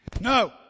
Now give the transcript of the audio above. No